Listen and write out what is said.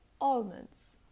almonds